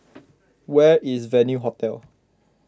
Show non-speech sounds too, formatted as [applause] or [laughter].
[noise] where is Venue Hotel